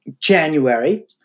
January